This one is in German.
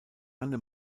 anne